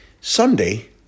Sunday